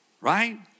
Right